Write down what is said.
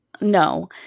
No